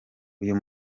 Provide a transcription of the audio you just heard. uyu